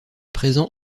présent